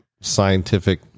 scientific